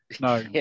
No